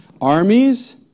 armies